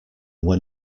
when